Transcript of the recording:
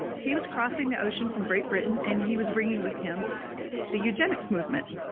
he was crossing the ocean from great britain and he was bringing with him the eugenics movement.